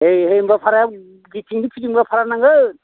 ओइ है होमबा भाराया जिथिंनो फिदिंब्ला बारा नांगोन